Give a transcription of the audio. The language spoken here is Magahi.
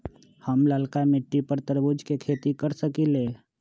हम लालका मिट्टी पर तरबूज के खेती कर सकीले?